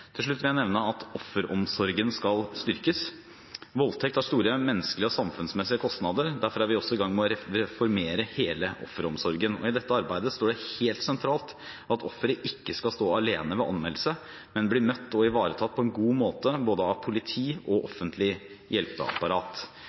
vil jeg nevne at offeromsorgen skal styrkes. Voldtekt har store menneskelige og samfunnsmessige kostnader. Derfor er vi også i gang med å reformere hele offeromsorgen. I dette arbeidet står det helt sentralt at offeret ikke skal stå alene ved anmeldelse, men bli møtt og ivaretatt på en god måte av både politi og offentlig hjelpeapparat.